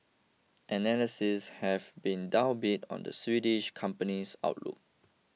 analysts have been downbeat on the Swedish company's outlook